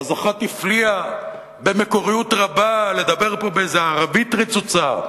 ואז אחת הפליאה במקוריות רבה לדבר פה באיזו ערבית רצוצה,